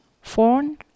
phone